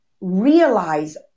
realize